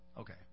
Okay